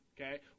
okay